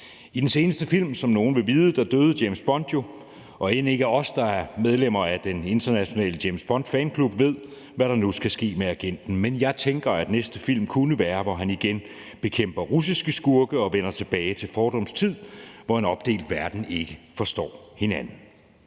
I den seneste film døde James Bond jo, som nogle vil vide, og end ikke os, der er medlemmer af den internationale James Bond-fanklub, ved, hvad der nu skal ske med agenten. Men jeg tænker, at det i næste film kunne være sådan, at han igen bekæmper russiske skurke og vender tilbage til fordums tid, hvor man i en opdelt verden ikke forstår hinanden.